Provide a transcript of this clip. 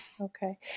Okay